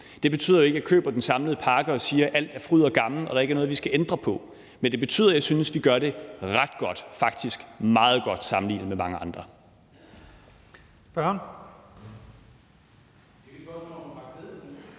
Det betyder ikke, at jeg køber den samlede pakke og siger, at alt er fryd og gammen, og at der ikke er noget, vi skal ændre på, men det betyder, at jeg synes, vi gør det ret godt – faktisk meget godt – sammenlignet med mange andre.